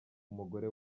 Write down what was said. umugore